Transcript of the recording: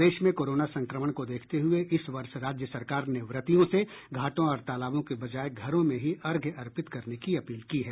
प्रदेश में कोरोना संक्रमण को देखते हुए इस वर्ष राज्य सरकार ने व्रतियों से घाटों और तालाबों के बजाय घरों में ही अर्घ्य अर्पित करने की अपील की है